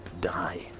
die